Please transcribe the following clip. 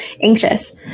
anxious